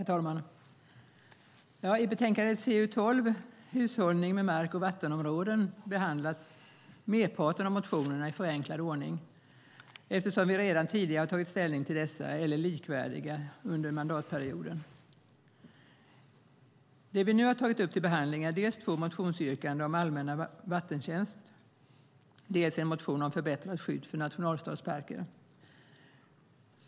Herr talman! I betänkande CU12, Hushållning med mark och vattenområden , behandlas merparten av motionerna i förenklad ordning, eftersom vi redan tidigare under mandatperioden har tagit ställning till dessa eller likvärdiga motioner. Dem vi nu har tagit upp till behandling är dels två motionsyrkanden om allmänna vattentjänster, dels en motion om förbättrat skydd för nationalstadsparker.